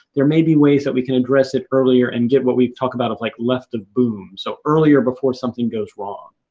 there may be ways that we can address it earlier and get what we talk about of like left of boom. so, earlier before something goes wrong.